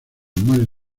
más